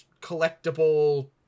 collectible